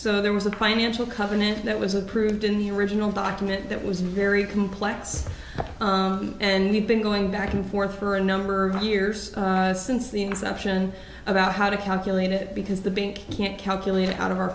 so there was the financial covenant that was approved in the original document that was very complex and we've been going back and forth for a number of years since the inception about how to calculate it because the bank can't calculate it out of our